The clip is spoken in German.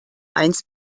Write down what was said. eins